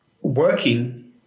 working